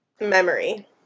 memory